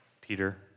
Peter